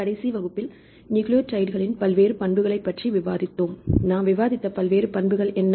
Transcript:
கடைசி வகுப்பில் நியூக்ளியோடைட்களின் பல்வேறு பண்புகளைப் பற்றி விவாதித்தோம் நாம் விவாதித்த பல்வேறு பண்புகள் என்ன